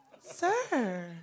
sir